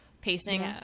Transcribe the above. pacing